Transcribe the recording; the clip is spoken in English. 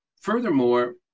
Furthermore